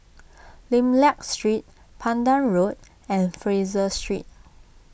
Lim Liak Street Pandan Road and Fraser Street